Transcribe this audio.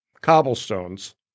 cobblestones